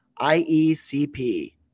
IECP